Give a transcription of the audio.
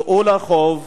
צאו לרחוב,